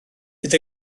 bydd